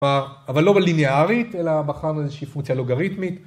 אבל לא בליניארית, אלא בחרנו איזושהי פונקציה לוגריתמית.